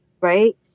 Right